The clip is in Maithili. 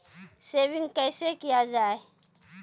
सेविंग कैसै किया जाय?